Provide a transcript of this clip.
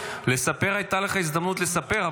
הייתה לך הזדמנות לספר,